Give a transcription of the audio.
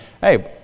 Hey